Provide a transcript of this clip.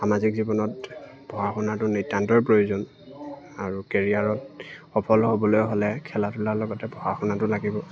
সামাজিক জীৱনত পঢ়া শুনাটো নিতান্তই প্ৰয়োজন আৰু কেৰিয়াৰত সফল হ'বলৈ হ'লে খেলা ধূলাৰ লগতে পঢ়া শুনাটো লাগিব